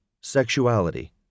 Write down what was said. sexuality